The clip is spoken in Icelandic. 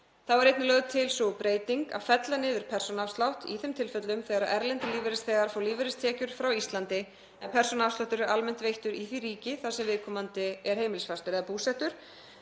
Þá er einnig lögð til sú breyting að fella niður persónuafslátt í þeim tilfellum þegar erlendir lífeyrisþegar fá lífeyristekjur frá Íslandi en persónuafsláttur er almennt veittur í því ríki þar sem viðkomandi er heimilisfastur eða búsettur